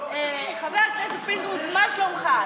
חבר הכנסת פינדרוס, מה שלומך?